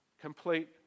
Complete